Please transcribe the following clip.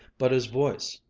but his voice,